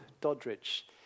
Doddridge